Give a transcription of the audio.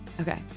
Okay